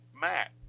Matt